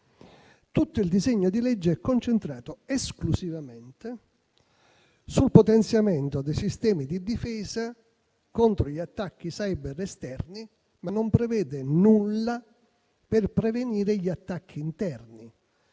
tutto il disegno di legge è concentrato esclusivamente sul potenziamento dei sistemi di difesa contro gli attacchi *cyber* esterni, ma non prevede nulla per prevenire gli attacchi interni,